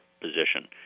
position